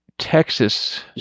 Texas